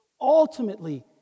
ultimately